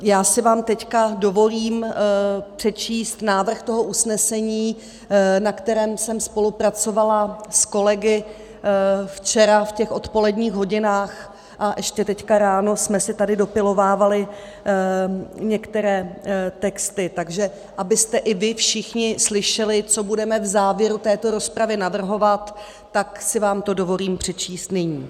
Já si vám teď dovolím přečíst návrh toho usnesení, na kterém jsem spolupracovala s kolegy včera v odpoledních hodinách, a ještě teď ráno jsme si tady dopilovávali některé texty, takže abyste i vy všichni slyšeli, co budeme v závěru této rozpravy navrhovat, tak si vám to dovolím přečíst nyní: